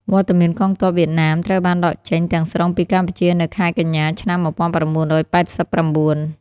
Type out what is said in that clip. វត្តមានកងទ័ពវៀតណាមត្រូវបានដកចេញទាំងស្រុងពីកម្ពុជានៅខែកញ្ញា ឆ្នាំ ១៩៨៩។